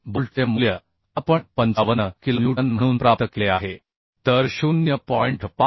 बोल्टचे मूल्य आपण 55 किलोन्यूटन म्हणून प्राप्त केले आहे तर 0